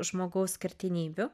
žmogaus skirtinybių